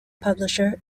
publisher